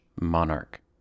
monarch